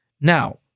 Now